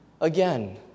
Again